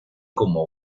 como